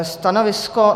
Stanovisko?